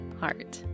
heart